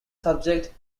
subject